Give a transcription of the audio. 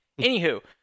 Anywho